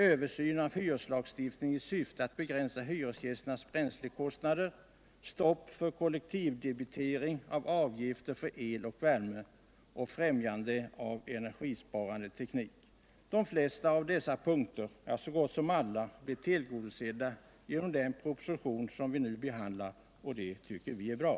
översyn av hyreslagsuftningen i syfte att begränsa hyresgästernas bränslekostnader, stopp för kollektivdebitering av avgifter för cl och värme. De flesta av dessa punkter — ja, så gott som alla — blir tillgodosedda genom Nr 154 den proposition som vi nu behandlar. Det tycker vi är bra.